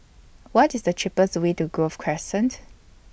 What IS The cheapest Way to Grove Crescent